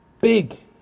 Big